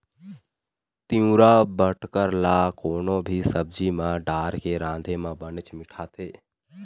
तिंवरा बटकर ल कोनो भी सब्जी म डारके राँधे म बनेच मिठाथे